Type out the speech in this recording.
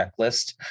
checklist